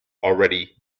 already